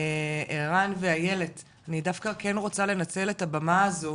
ערן ואיילת אני דווקא כן רוצה לנצל את הבמה הזו